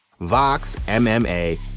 VOXMMA